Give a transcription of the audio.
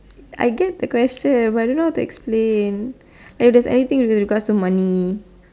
I get the question but I don't know how to explain like if there's anything to do with regards to money